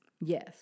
Yes